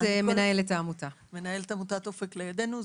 מנהלת עמותת אופק לילדינו.